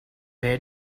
where